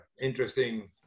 interesting